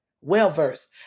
well-versed